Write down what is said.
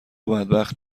بدبخت